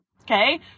okay